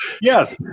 Yes